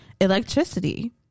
Electricity